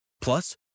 Plus